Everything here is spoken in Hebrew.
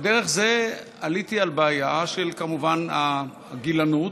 דרך זה עליתי כמובן על בעיה של הגילנות,